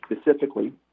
Specifically